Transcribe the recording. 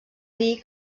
dir